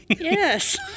Yes